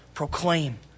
Proclaim